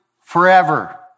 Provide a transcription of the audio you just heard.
forever